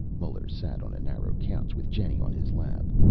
muller sat on a narrow couch with jenny on his lap.